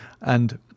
and